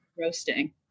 roasting